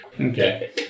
Okay